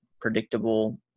predictable